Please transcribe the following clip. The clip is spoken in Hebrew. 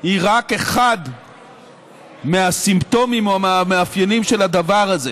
היא רק אחד מהסימפטומים או מהמאפיינים של הדבר הזה.